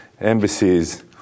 embassies